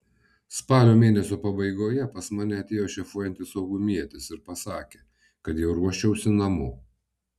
spalio mėnesio pabaigoje pas mane atėjo šefuojantis saugumietis ir pasakė kad jau ruoščiausi namo